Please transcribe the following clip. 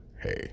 hey